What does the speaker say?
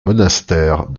monastère